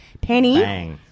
Penny